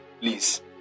please